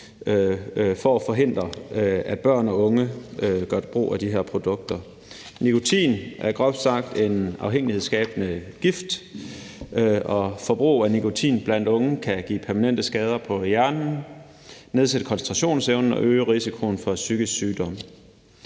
for at forhindre, at børn og unge gør brug af de her produkter. Nikotin er groft sagt en afhængighedsskabende gift, og forbrug af nikotin blandt unge kan give permanente skader på hjernen, nedsætte koncentrationsevnen og øge risikoen for psykisk sygdom.